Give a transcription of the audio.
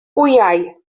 wyau